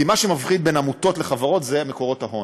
כי מה שמבחין בין עמותות לחברות זה מקורות ההון.